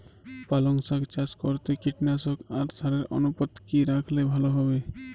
পালং শাক চাষ করতে কীটনাশক আর সারের অনুপাত কি রাখলে ভালো হবে?